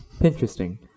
Interesting